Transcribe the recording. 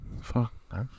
Fuck